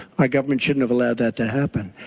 our government shouldn't have allowed that to happen.